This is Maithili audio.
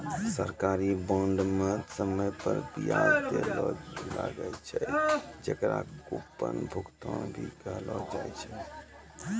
सरकारी बांड म समय पर बियाज दैल लागै छै, जेकरा कूपन भुगतान भी कहलो जाय छै